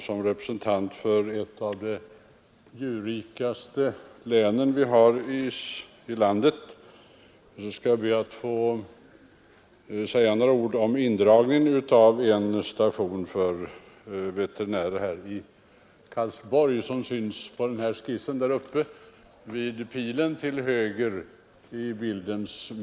Som representant för ett av de djurrikaste länen i landet skall jag be att få säga några ord om indragningen av en station för veterinär i Karlsborg, som syns på den skiss jag visar på TV-skärmen.